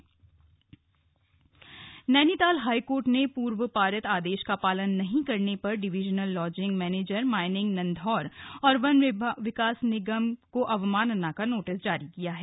अवमानना notice Nainital high court ने पूर्व पारित आदेश का पालन नहीं करने पर divisional logging manager mining Nandhaur वन विकास निगम को अवमानना का नोटिस जारी किया है